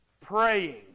praying